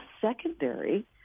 secondary